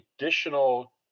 additional